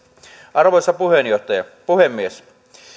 arvoisa puhemies